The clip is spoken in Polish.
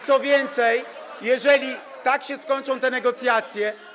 Co więcej, jeżeli tak się skończą te negocjacje.